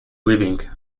weaving